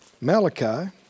Malachi